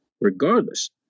regardless